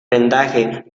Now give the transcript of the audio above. rendaje